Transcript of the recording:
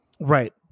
Right